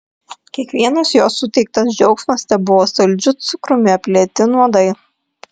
kiekvienas jo suteiktas džiaugsmas tebuvo saldžiu cukrumi aplieti nuodai